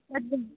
तद्